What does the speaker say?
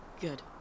Good